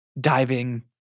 diving